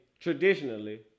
Traditionally